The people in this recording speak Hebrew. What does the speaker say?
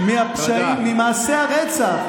-- ממעשי הרצח,